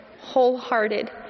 wholehearted